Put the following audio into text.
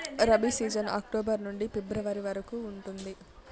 rabi season October నుండి February వరకు ఉంటుంది